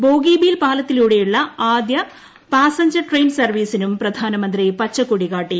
ബോഗിബീൽ പാലത്തിലൂടെയുള്ള ആദ്യ passenger train സർവീസിനും പ്രധാനമന്ത്രി പച്ചക്കൊടി കാട്ടി